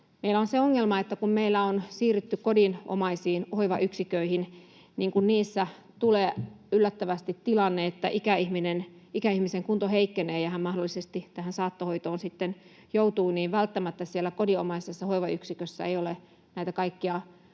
Meillä on se ongelma, että kun meillä on siirrytty kodinomaisiin hoivayksiköihin, niin kun niissä tulee yllättävästi tilanne, että ikäihmisen kunto heikkenee ja hän mahdollisesti saattohoitoon sitten joutuu, niin välttämättä siellä kodinomaisessa hoivayksikössä ei ole näitä kaikkia